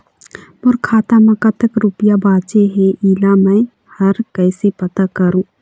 मोर खाता म कतक रुपया बांचे हे, इला मैं हर कैसे पता करों?